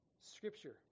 Scripture